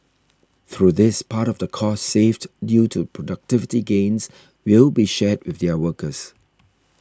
through this part of the costs saved due to productivity gains will be shared with their workers